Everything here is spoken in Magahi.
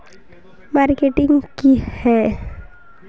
मार्केटिंग की है?